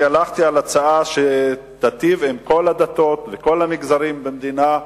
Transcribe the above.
הלכתי על הצעה שתיטיב עם כל הדתות וכל המגזרים במדינה,